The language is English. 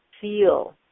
feel